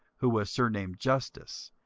who was surnamed justus,